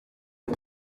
ont